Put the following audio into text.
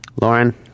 Lauren